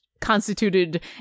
constituted